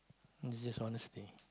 it's just honesty